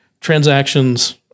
Transactions